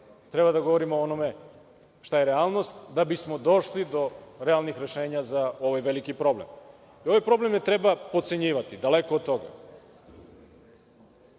treba da govorimo o onome šta je realnost da bismo došli do realnih rešenja za ovaj veliki problem. Ovaj problem ne treba potcenjivati, daleko od toga.